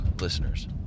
listeners